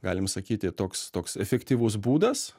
galim sakyti toks toks efektyvus būdas